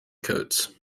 coates